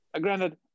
granted